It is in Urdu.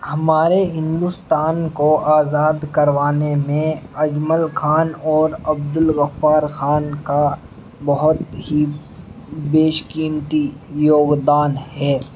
ہمارے ہندوستان کو آزاد کروانے میں اجمل خان اور عبد الغفار خان کا بہت ہی بیش قیمتی یوگدان ہے